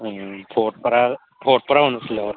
ओं भकटपारा ओनसोलाव